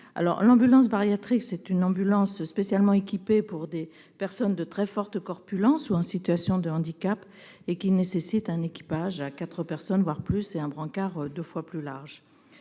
L'ambulance bariatrique est spécialement équipée pour des personnes de très forte corpulence ou en situation de handicap, qui nécessitent un équipage de quatre personnes, voire davantage, et un brancard deux fois plus large.